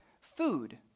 Food